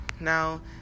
Now